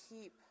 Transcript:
keep